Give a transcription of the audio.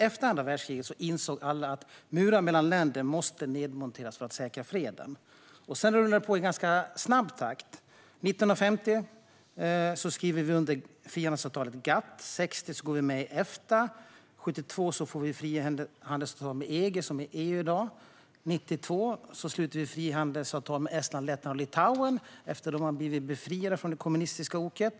Efter kriget insåg alla att murar mellan länder måste nedmonteras för att säkra freden. Sedan rullade det på i ganska snabb takt. År 1950 skrev Sverige under frihandelsavtalet GATT. År 1960 gick vi med i Efta. År 1972 fick vi ett frihandelsavtal med EG, som i dag är EU. År 1992 slöt Sverige frihandelsavtal med Estland, Lettland och Litauen efter att de hade blivit befriade från det kommunistiska oket.